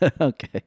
Okay